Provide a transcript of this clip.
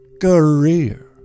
career